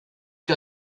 que